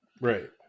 Right